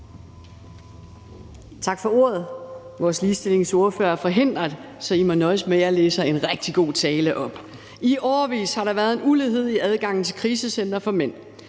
Tak for ordet. Vores ligestillingsordfører er forhindret, så I må nøjes med, at jeg læser en rigtig god tale op. I årevis har der for mænd været en ulighed i adgangen til krisecentre. Det ændrer